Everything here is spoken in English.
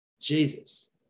Jesus